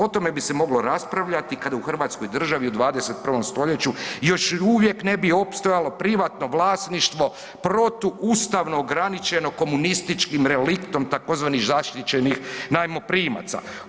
O tome bi se moglo raspravljati kada u Hrvatskoj državi u 21. stoljeću još uvijek ne bi opstojalo privatno vlasništvo protuustavno ograničeno komunističkim reliktom tzv. zaštićenih najmoprimaca.